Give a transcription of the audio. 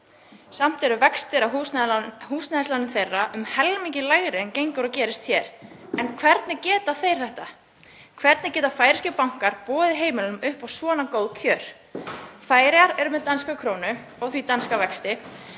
Samt eru vextir á húsnæðislánum þeirra um helmingi lægri en gengur og gerist hér. En hvernig geta þeir þetta? Hvernig geta færeyskir bankar boðið heimilunum upp á svona góð kjör? Færeyingar eru með danska krónu og því danska vexti.